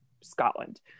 Scotland